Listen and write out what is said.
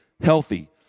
healthy